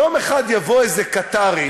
יום אחד יבוא איזה קטארי